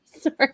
sorry